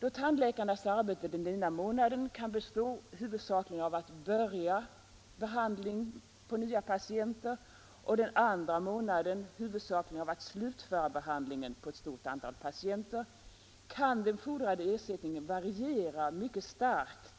Då tandläkarnas arbete den ena månaden kan bestå huvudsakligen av att börja behandlingen på nya patienter och den andra månaden huvudsakligen av att slutföra behandlingen på ett stort antal patienter, kan den fordrade ersättningen variera mycket starkt